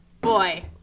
Boy